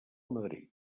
madrid